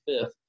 fifth